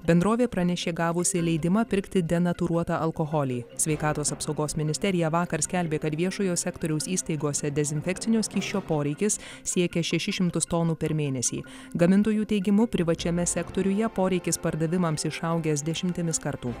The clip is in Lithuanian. bendrovė pranešė gavusi leidimą pirkti denatūruotą alkoholį sveikatos apsaugos ministerija vakar skelbė kad viešojo sektoriaus įstaigose dezinfekcinio skysčio poreikis siekė šešis šimtus tonų per mėnesį gamintojų teigimu privačiame sektoriuje poreikis pardavimams išaugęs dešimtimis kartų